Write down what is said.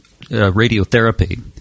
radiotherapy